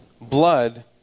blood